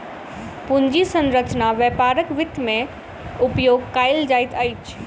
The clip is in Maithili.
पूंजी संरचना व्यापारक वित्त में उपयोग कयल जाइत अछि